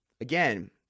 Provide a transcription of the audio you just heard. again